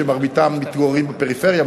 שמרביתם מתגוררים בפריפריה,